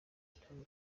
cyangwa